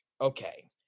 okay